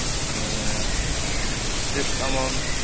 trip ꯑꯃꯃꯝ